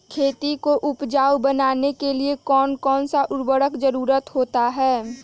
खेती को उपजाऊ बनाने के लिए कौन कौन सा उर्वरक जरुरत होता हैं?